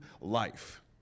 life